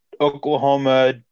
Oklahoma